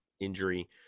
injury